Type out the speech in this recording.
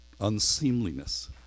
unseemliness